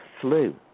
flu